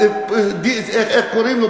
איך קוראים לזה,